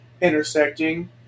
intersecting